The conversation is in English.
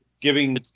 giving